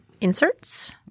inserts